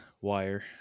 wire